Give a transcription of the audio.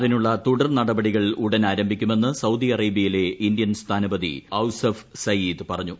അതിനുള്ള തുടർ നടപടികൾ ഉടൻ ആരംഭിക്കുമെന്ന് സൌദി അറേബ്യയിലെ ഇന്ത്യൻ സ്ഥാനപതി ഔസഫ് സയീദ് പറഞ്ഞു